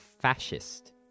fascist